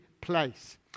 place